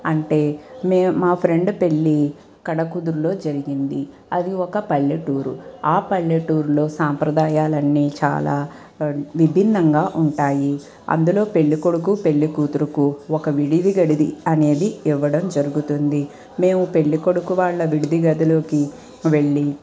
అంటే మే మా ఫ్రెండ్ పెళ్ళి కడకుదురులో జరిగింది అది ఒక పల్లెటూరు ఆ పల్లెటూరులో సాంప్రదాయాలు అన్నీ చాలా విభిన్నంగా ఉంటాయి అందులో పెళ్ళి కొడుకు పెళ్ళి కూతురుకు ఒక విడిది గది అనేది ఇవ్వడం జరుగుతుంది మేము పెళ్ళి కొడుకు వాళ్ళ విడిది గదిలోకి వెళ్ళి